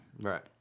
Right